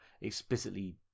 explicitly